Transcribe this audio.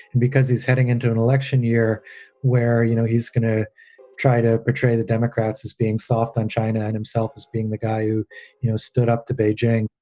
and because he's heading into an election year where, you know, he's going to try to portray the democrats as being soft on china and himself as being the guy who you know stood up to beijing.